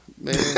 Man